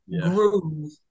groove